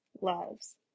loves